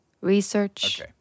research